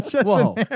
Whoa